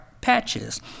Patches